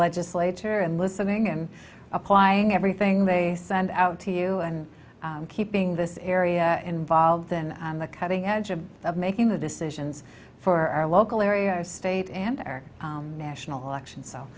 legislature and listening and applying everything they send out to you and keeping this area and involved in on the cutting edge of of making the decisions for our local area state and national elections so